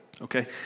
okay